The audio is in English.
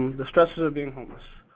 the stressors of being homeless.